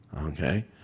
okay